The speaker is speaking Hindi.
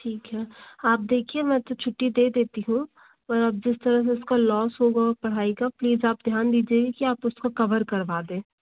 ठीक है आप देखिए मैं तो छुट्टी दे देती हूँ पर अब जिस तरह में उसका लौस होगा पढ़ाई का प्लीज़ आप ध्यान दीजिएगा कि आप उसको कवर करवा दें